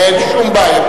אין שום בעיה.